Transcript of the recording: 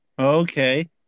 Okay